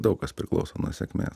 daug kas priklauso nuo sėkmės